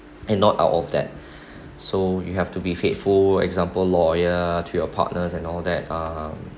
and not out of that so you have to be faithful example loyal to your partners and all that um